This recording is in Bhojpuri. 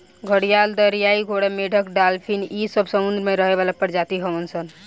घड़ियाल, दरियाई घोड़ा, मेंढक डालफिन इ सब समुंद्र में रहे वाला प्रजाति हवन सन